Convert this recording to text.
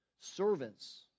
Servants